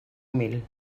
mil